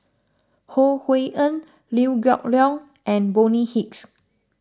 Ho Hui An Liew Geok Leong and Bonny Hicks